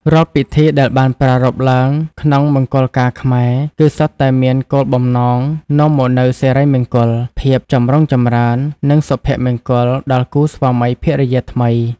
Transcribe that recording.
រាល់ពិធីដែលបានប្រារព្ធឡើងក្នុងមង្គលការខ្មែរ គឺសុទ្ធតែមានគោលបំណង នាំមកនូវសិរីមង្គល ភាពចម្រុងចម្រើន និងសុភមង្គល ដល់គូស្វាមីភរិយាថ្មី ។